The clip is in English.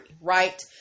right